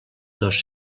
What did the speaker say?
dos